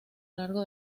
largo